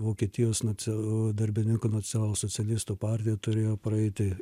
vokietijos nac darbininkų nacionalsocialistų partija turėjo praeiti jau